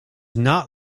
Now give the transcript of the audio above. not